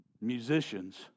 Musicians